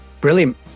brilliant